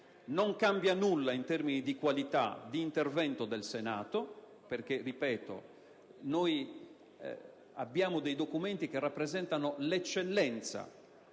Non cambia nulla in termini di qualità di intervento del Senato, perché noi abbiamo dei documenti che rappresentano l'eccellenza